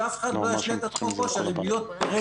שאף אחד לא ישלה את עצמו פה שהריביות תרדנה.